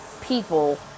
people